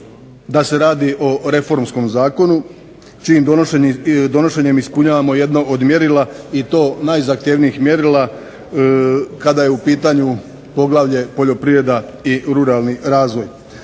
da se radi o reformskom zakonu čijim donošenjem ispunjavamo jedno od mjerila i to najzahtjevnijih mjerila kada je u pitanju poglavlje "Poljoprivreda i ruralni razvoj".